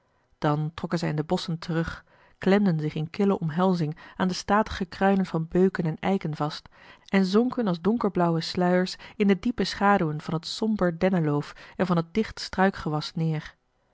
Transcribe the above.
dan trokken zij in de bosschen terug klemden zich in kille omhelzing aan de statige kruinen van beuken en eiken vast en zonken als donkerblauwe sluiers in de diepe schaduwen van het somber denneloof en van het dicht struikgewas neer